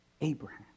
Abraham